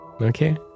Okay